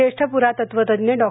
ज्येष्ठ पुरातत्वज्ज्ञ डॉ